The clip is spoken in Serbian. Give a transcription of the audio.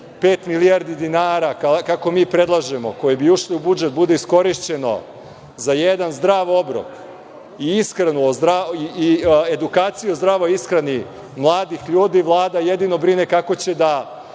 milijardi dinara, kako mi predlažemo, koje bi ušle u budžet, bude iskorišćeno za jedan zdrav obrok i edukaciju o zdravoj ishrani mladih ljudi, Vlada jedino brine kako će da